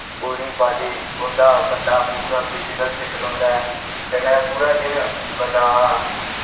पूरी बॉड्डी पूरा बंदा फिट्ट रौंह्दा ऐ कन्नै पूरा दिन बंदा